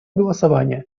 голосования